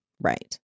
right